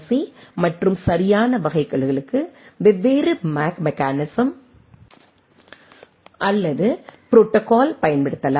C மற்றும் சரியான வகைகளுக்கு வெவ்வேறு மேக் மெக்கானிசம் அல்லது ப்ரோடோகால் பயன்படுத்தப்படலாம்